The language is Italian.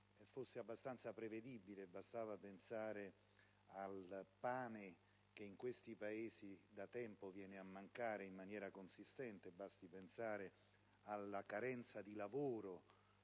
fosse abbastanza prevedibile. Bastava pensare al pane che in questi Paesi da tempo viene a mancare in maniera consistente, alla carenza di lavoro